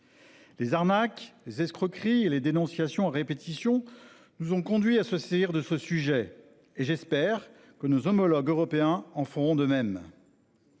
Les arnaques, les escroqueries et les dénonciations répétition nous ont conduits à se saisir de ce sujet et j'espère que nos homologues européens, en font de même.